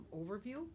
overview